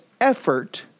effort